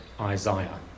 Isaiah